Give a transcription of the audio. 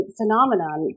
phenomenon